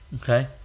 Okay